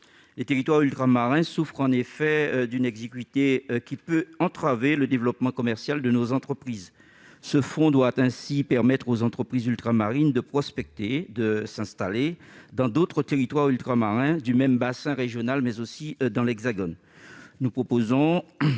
Les territoires ultramarins souffrent en effet d'une exiguïté qui peut entraver le développement commercial de leurs entreprises. Ce fonds doit ainsi permettre aux entreprises ultramarines de prospecter et de s'installer dans d'autres territoires ultramarins du même bassin régional, mais aussi dans l'Hexagone.